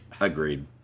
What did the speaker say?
Agreed